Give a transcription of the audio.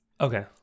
Okay